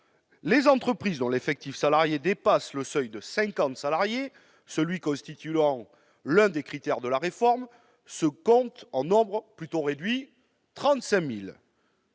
Les entreprises dont l'effectif salarié dépasse le seuil de 50 salariés, celui constituant l'un des critères de la réforme, se comptent en un nombre plutôt réduit : 35 000.